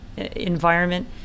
environment